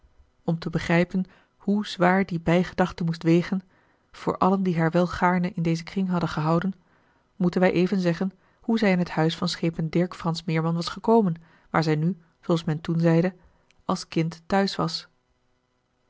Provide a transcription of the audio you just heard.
om te begrijpen hoe zwaar die bijgedachte moest wegen voor allen die haar wel gaarne in dezen kring hadden gehouden moeten wij even zeggen hoe zij in het huis van schepen dirk frans meerman was gekomen waar zij nu zooals men toen zeide als kind t'huis was